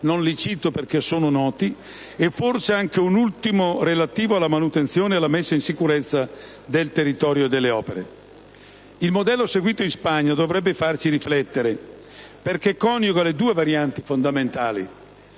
non li cito perché sono noti - e forse anche un ultimo relativo alla manutenzione e alla messa in sicurezza del territorio e delle opere. Il modello seguito in Spagna dovrebbe farci riflettere, perché coniuga le due varianti fondamentali: